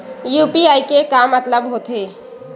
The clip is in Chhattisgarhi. यू.पी.आई के मतलब का होथे?